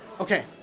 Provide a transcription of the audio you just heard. Okay